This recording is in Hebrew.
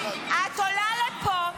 את עולה לפה,